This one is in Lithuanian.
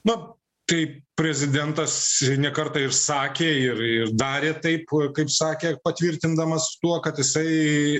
na tai prezidentas ne kartą ir sakė ir ir darė taip kaip sakė patvirtindamas tuo kad jisai